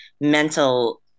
mental